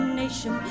nation